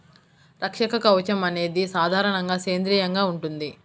రక్షక కవచం అనేది సాధారణంగా సేంద్రీయంగా ఉంటుంది